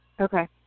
Okay